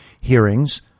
hearings